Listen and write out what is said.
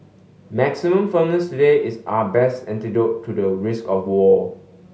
maximum firmness today is our best antidote to the risk of war